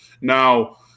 Now –